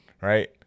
Right